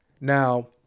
Now